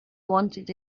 wanted